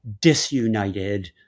disunited